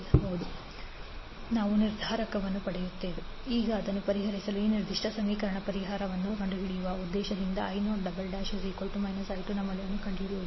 j50 j10 8j8 j2 j2 4 j4 I1 I2 ನಾವು ನಿರ್ಧಾರಕಗಳನ್ನು ಪಡೆಯುತ್ತೇವೆ ∆8j8 j2 j2 4 j4 68 ∆28j8 j50 j2 j10 180 j80 ಈಗ ಅದನ್ನು ಪರಿಹರಿಸಲು ಈ ನಿರ್ದಿಷ್ಟ ಸಮೀಕರಣದ ಪರಿಹಾರವನ್ನು ಕಂಡುಹಿಡಿಯುವ ಉದ್ದೇಶವೆಂದರೆ I0 I2 ನ ಮೌಲ್ಯವನ್ನು ಕಂಡುಹಿಡಿಯುವುದು